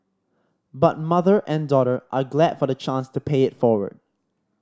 but mother and daughter are glad for the chance to pay it forward